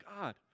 God